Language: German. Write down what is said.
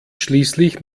schließlich